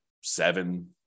seven